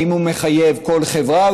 האם הוא מחייב כל חברה.